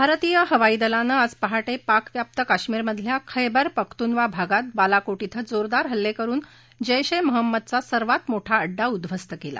भारतीय हवाईदलानं आज पहाटे पाकव्याप्त कश्मीरमधल्या खैबर पख्तुनख्वा भागात बालाकोट श्वीं जोरदार हल्ले करुन जेश ए महम्मदचा सर्वात मोठा अड्डा उद्ध्वस्त केला